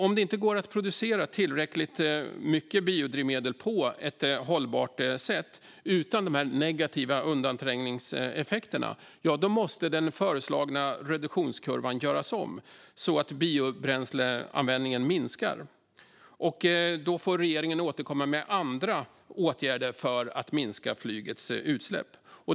Om det inte går att producera tillräckligt mycket biodrivmedel på ett hållbart sätt utan negativa undanträngningseffekter måste den föreslagna reduktionskurvan göras om så att biobränsleanvändningen minskar. Då får regeringen återkomma med andra åtgärder för att minska flygets utsläpp.